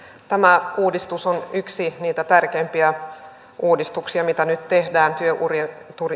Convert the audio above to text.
tämä uudistus on yksi niitä tärkeimpiä uudistuksia mitä nyt tehdään työurien